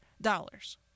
dollars